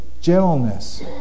gentleness